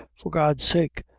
for god's sake,